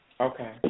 Okay